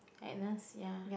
kindness ya